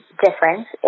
difference